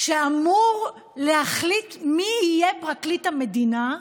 שאמור להחליט מי יהיה פרקליט המדינה,